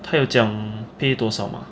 他有讲 pay 多少吗